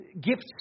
gifts